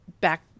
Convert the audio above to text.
back